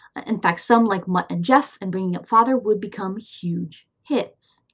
in fact, some like mutt and jeff and bringing up father would become huge hits.